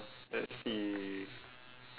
let's see